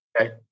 Okay